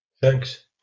thanks